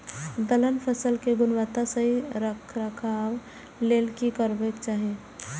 दलहन फसल केय गुणवत्ता सही रखवाक लेल की करबाक चाहि?